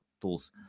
tools